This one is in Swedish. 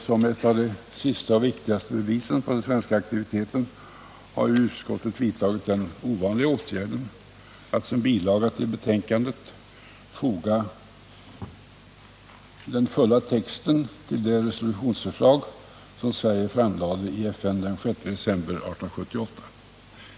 Som ett av de senaste och viktigaste bevisen för den svenska aktiviteten har utskottet vidtagit den ovanliga åtgärden att som bilaga till betänkandet foga den fulla texten till det resolutionsförslag som Sverige framlade i FN den 6 december 1978.